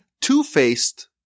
two-faced